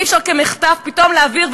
אי-אפשר כמחטף פתאום להעביר,